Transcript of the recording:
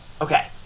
Okay